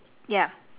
yup